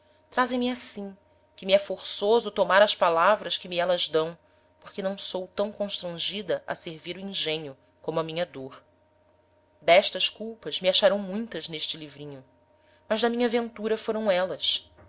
trazem me assim que me é forçoso tomar as palavras que me élas dão porque não sou tam constrangida a servir o engenho como a minha dôr d'estas culpas me acharão muitas n'este livrinho mas da minha ventura foram élas